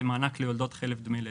ומענק ליולדות חלף דמי לידה.